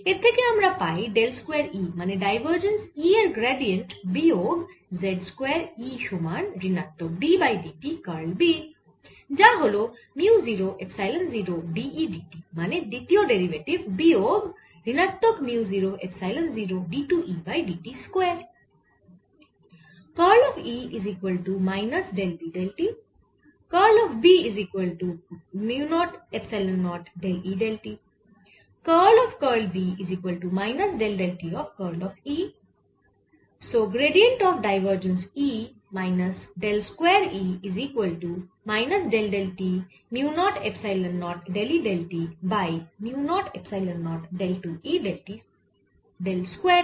এর থেকে আমরা পাই ডেল স্কয়ার E মানে ডাইভার্জেন্স E এর গ্র্যাডিয়েন্ট বিয়োগ z স্কয়ার E সমান ঋণাত্মক d by d t curl B এর যা হল mu 0 epsilon 0 d E d t মানে দ্বিতীয় ডেরিভেটিভ বিয়োগ ঋণাত্মক mu 0 epsilon 0 d 2 E by d t square